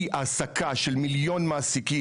מהעסקה של מיליון מעסיקים,